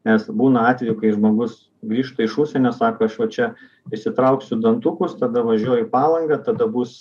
nes būna atvejų kai žmogus grįžta iš užsienio sako aš va čia išsitrauksiu dantukus tada važiuoju į palangą tada bus